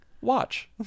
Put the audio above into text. Watch